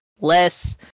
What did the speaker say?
less